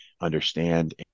understand